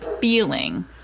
feeling